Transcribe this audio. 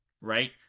right